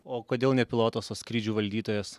o kodėl ne pilotas o skrydžių valdytojas